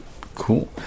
Cool